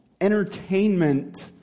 entertainment